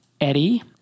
Eddie